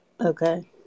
Okay